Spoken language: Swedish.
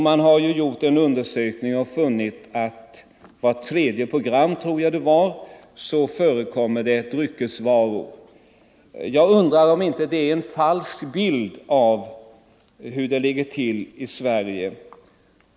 Man har vid undersökningar funnit att i vart tredje program — om jag inte minns fel — förekommer dryckesvaror. Jag undrar om inte det är en falsk bild av hur det ligger till i Sverige.